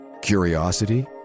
Curiosity